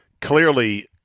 Clearly